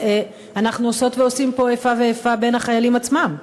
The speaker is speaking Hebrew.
ואנחנו עושות ועושים פה איפה ואיפה בין החיילים עצמם.